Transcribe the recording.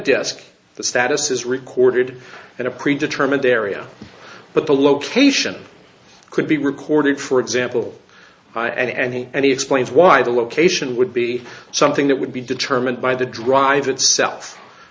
desk the status is recorded in a pre determined area but the location could be recorded for example and he explains why the location would be something that would be determined by the drive itself